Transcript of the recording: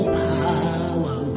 power